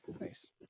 nice